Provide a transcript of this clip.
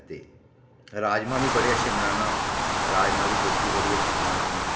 ते राजमां बी बड़े अच्छे बनाना राजमां डिश बी बड़ी अच्छी बनाना होना